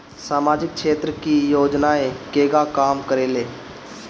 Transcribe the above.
सामाजिक क्षेत्र की योजनाएं केगा काम करेले?